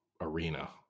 arena